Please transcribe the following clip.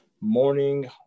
morning